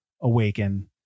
awaken